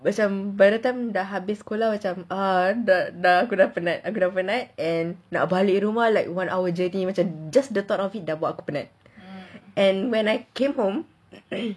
macam by the time dah habis sekolah macam ah dah dah aku dah penat aku dah penat and nak balik rumah one hour journey macam just the thought about it dah buat aku penat and when I came home